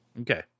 Okay